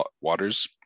waters